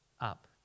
up